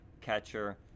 catcher